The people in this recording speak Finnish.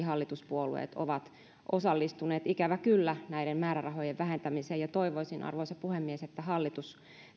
hallituspuolueet ovat osallistuneet ikävä kyllä näiden määrärahojen vähentämiseen ja toivoisin arvoisa puhemies että hallitus